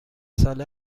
ساله